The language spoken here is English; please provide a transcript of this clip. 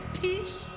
peace